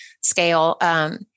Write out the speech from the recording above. scale